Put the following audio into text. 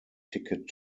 ticket